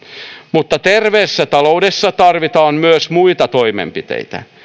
mutta terveessä taloudessa tarvitaan myös muita toimenpiteitä